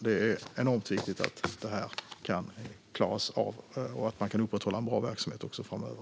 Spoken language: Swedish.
Det är enormt viktigt att man kan upprätthålla en bra verksamhet också framöver.